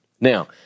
Now